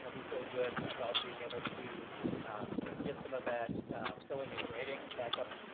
and we feel good about being able to you know get some of that filling and grading back up,